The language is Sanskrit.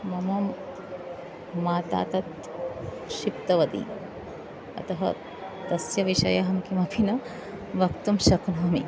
मम माता तत् क्षिप्तवती अतः तस्य विषये अहं किमपि न वक्तुं शक्नोमि